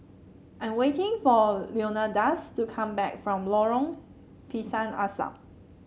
I am waiting for Leonidas to come back from Lorong Pisang Asam